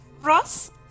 Ross